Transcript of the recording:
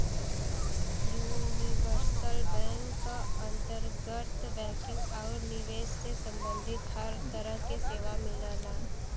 universal bank क अंतर्गत banking आउर निवेश से सम्बंधित हर तरह क सेवा मिलला